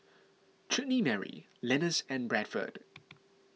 Chutney Mary Lenas and Bradford